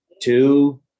two